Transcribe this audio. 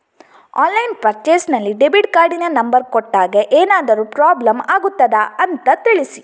Online purchase ನಲ್ಲಿ debit ಕಾರ್ಡಿನ number ಕೊಟ್ಟಾಗ ಏನಾದರೂ ಪ್ರಾಬ್ಲಮ್ ಆಗುತ್ತದ ಅಂತ ತಿಳಿಸಿ?